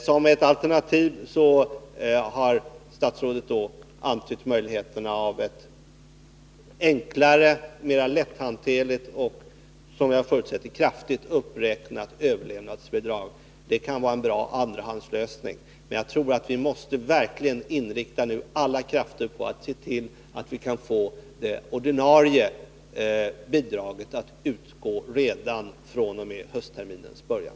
Som ett alternativ har statsrådet antytt möjligheterna till ett enklare, mer lätthanterligt och som jag förutsätter kraftigt uppräknat överlevnadsbidrag. Det kan vara en bra andrahandslösning, men jag tror att vi nu måste inrikta alla krafter på att se till att det ordinarie bidraget kan utgå redan från höstterminens början.